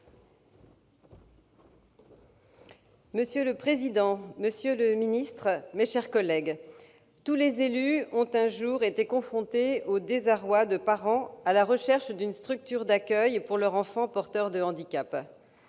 Monsieur le président, monsieur le secrétaire d'État, mes chers collègues, tous les élus ont un jour été confrontés au désarroi de parents à la recherche d'une structure d'accueil pour leur enfant porteur d'un handicap.